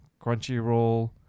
Crunchyroll